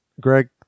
Greg